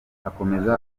akomeza